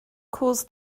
cools